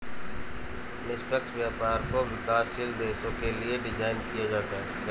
निष्पक्ष व्यापार को विकासशील देशों के लिये डिजाइन किया गया है